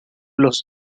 los